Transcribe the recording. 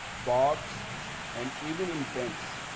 parks and even in banks.